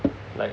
like